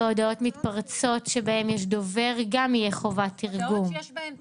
בהודעות מתפרצות שבהן יש דובר גם תהיה חובת תרגום.